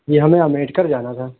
جی ہمیں امبیدکر جانا تھا